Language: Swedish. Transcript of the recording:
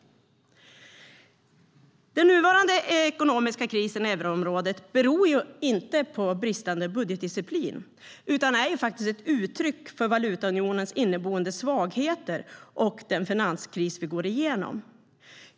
Den nuvarande ekonomiska krisen i euroområdet beror inte på bristande budgetdisciplin utan är ett uttryck för valutaunionens inneboende svagheter och den finanskris vi går igenom.